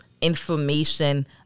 information